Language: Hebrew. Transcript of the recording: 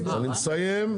אני מסיים.